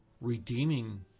redeeming